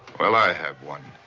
well, i have one.